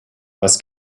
was